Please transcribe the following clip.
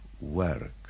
work